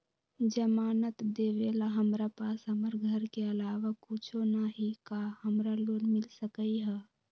जमानत देवेला हमरा पास हमर घर के अलावा कुछो न ही का हमरा लोन मिल सकई ह?